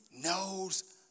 knows